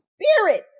spirit